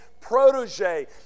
protege